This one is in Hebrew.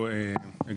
ואני מבקש להעיר.